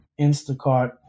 Instacart